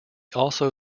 also